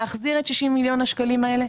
להחזיר את 60 מיליון השקלים האלה.